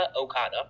Okada